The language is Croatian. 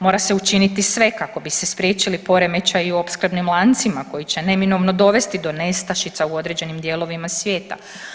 Mora se učiniti sve kako bi se spriječili poremećaji u opskrbnim lancima koji će neminovno dovesti do nestašica u određenih dijelovima svijeta.